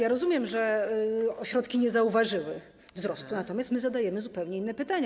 Ja rozumiem, że ośrodki nie zauważyły wzrostu, natomiast my zadajemy zupełnie inne pytania.